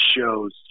shows